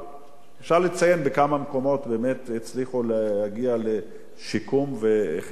אפשר לציין שבכמה מקומות באמת הצליחו להגיע לשיקום וחיזוק של המבנים,